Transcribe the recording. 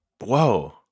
Whoa